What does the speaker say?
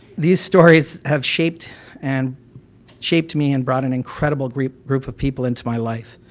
these stories have shaped and shaped me and brought an incredible group group of people into my life.